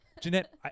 Jeanette